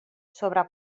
sobre